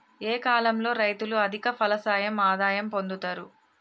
ఏ కాలం లో రైతులు అధిక ఫలసాయం ఆదాయం పొందుతరు?